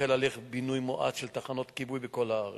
החל הליך בינוי מואץ של תחנות כיבוי בכל הארץ.